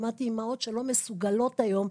שמעתי אימהות שלא מסוגלות היום.